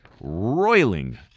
roiling